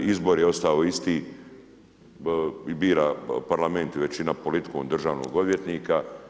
Izbor je ostao isti i bira parlamenti većina politikom državnog odvjetnika.